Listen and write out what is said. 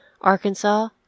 Arkansas